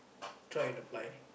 try and apply